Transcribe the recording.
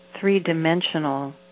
three-dimensional